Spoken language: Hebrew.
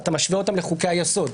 אתה משווה אותם לחוקים לחוקי היסוד,